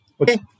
Okay